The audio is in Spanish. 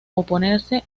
oponerse